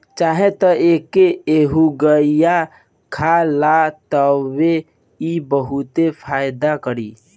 चाही त एके एहुंगईया खा ल तबो इ बहुते फायदा करी